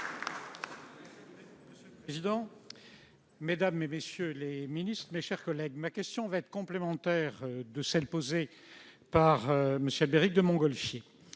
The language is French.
Monsieur le président, mesdames, messieurs les ministres, mes chers collègues, ma question sera complémentaire de celle de M. de Montgolfier.